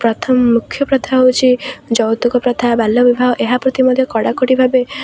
ପ୍ରଥମ ମୁଖ୍ୟ ପ୍ରଥା ହେଉଛି ଯୌତୁକ ପ୍ରଥା ବାଲ୍ୟବିବାହ ଏହା ପ୍ରତି ମଧ୍ୟ କଡ଼ାକଡ଼ି ଭାବେ